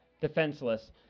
defenseless